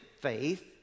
faith